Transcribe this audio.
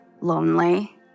lonely